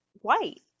white